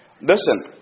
Listen